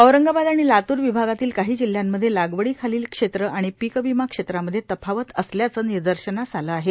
औरंगाबाद आणि लातूर विभागातील काही जिल्ह्यांमध्ये लागवडीखालील क्षेत्र आणि पीक विमा क्षेत्रामध्ये तफावत असल्याचं निदर्शनास आलं आहे